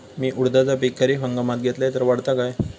मी उडीदाचा पीक खरीप हंगामात घेतलय तर वाढात काय?